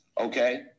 okay